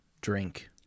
drink